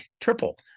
triple